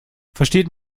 versteht